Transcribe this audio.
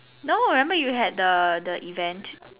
no remember you had the the event